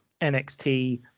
NXT